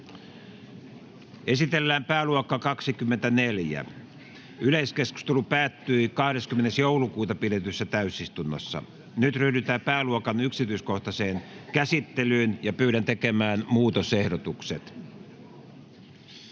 Esitellään pääluokka 32. Yleiskeskustelu päättyi 20.12.2022 pidetyssä täysistunnossa. Nyt ryhdytään pääluokan yksityiskohtaiseen käsittelyyn. [Speech 10] Speaker: